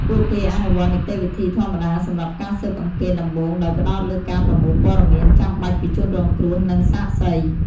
ពួកគេអនុវត្តនីតិវិធីធម្មតាសម្រាប់ការស៊ើបអង្កេតដំបូងដោយផ្តោតលើការប្រមូលព័ត៌មានចាំបាច់ពីជនរងគ្រោះ និងសាក្សី។